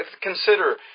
Consider